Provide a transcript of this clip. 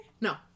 No